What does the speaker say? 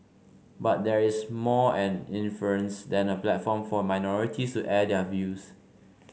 but there is more an inference than a platform for minorities to air their views